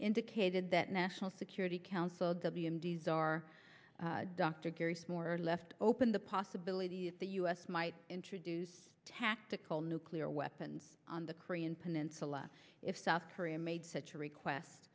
indicated that national security council w m d's are doctored more left open the possibility if the u s might introduce tactical nuclear weapons on the korean peninsula if south korea made such a request